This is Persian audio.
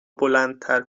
بلندتر